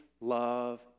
love